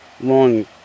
long